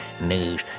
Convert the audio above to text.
news